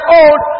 old